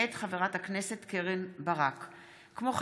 מאת חברת הכנסת שרן מרים השכל,